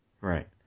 right